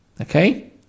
okay